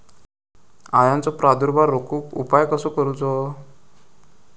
अळ्यांचो प्रादुर्भाव रोखुक उपाय कसो करूचो?